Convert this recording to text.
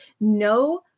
No